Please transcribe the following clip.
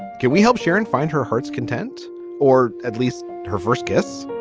can we help sharon find her heart's content or at least her first guess?